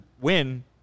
win